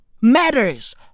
matters